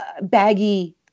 baggy